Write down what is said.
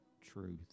truth